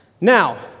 Now